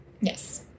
Yes